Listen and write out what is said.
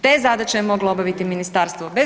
Te zadaće je moglo obaviti ministarstvo bez